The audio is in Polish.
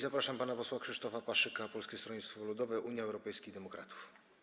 Zapraszam pana posła Krzysztofa Paszyka, Polskie Stronnictwo Ludowe - Unia Europejskich Demokratów.